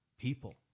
people